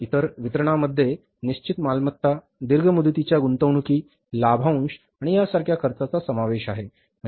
इतर वितरणामध्ये निश्चित मालमत्ता दीर्घ मुदतीच्या गुंतवणूकी लाभांश आणि यासारख्या खर्चांचा समावेश आहे